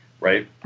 right